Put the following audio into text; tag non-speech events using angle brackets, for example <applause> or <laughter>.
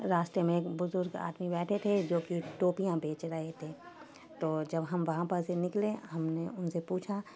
راستہ میں ایک بزرگ آدمی بیٹھے تھے <unintelligible> جو کہ ٹوپیاں بیچ رہے تھے تو جب ہم وہاں پر سے نکلے ہم نے ان سے پوچھا